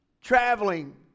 Traveling